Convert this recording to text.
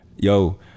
yo